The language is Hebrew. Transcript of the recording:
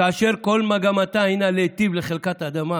וכל מגמתה הינה להיטיב לחלקת האדמה